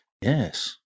Yes